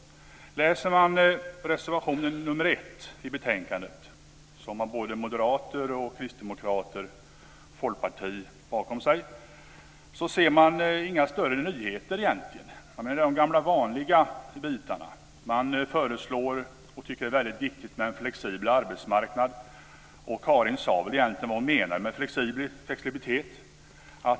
Om man läser reservation 1 i betänkandet som moderater, kristdemokrater och folkpartister står bakom ser man inga större nyheter egentligen. Det är de gamla vanliga bitarna. De föreslår och tycker att det är väldigt viktigt med en flexibel arbetsmarknad. Och Karin Falkmer sade väl egentligen vad hon menar med flexibilitet.